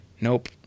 Nope